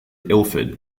ilford